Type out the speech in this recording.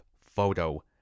photo